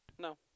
No